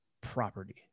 property